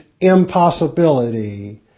impossibility